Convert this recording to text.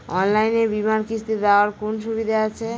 অনলাইনে বীমার কিস্তি দেওয়ার কোন সুবিধে আছে?